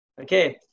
Okay